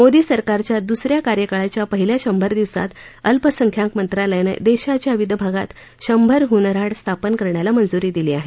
मोदी सरकारच्या दुस या कार्यकाळाच्या पहिल्या शंभर दिवसात अल्पसंख्याक मंत्रालयानं देशाच्या विविध भागात शंभर हुनर हाट स्थापन करण्याला मंजुरी दिली आहे